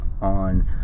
on